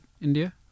India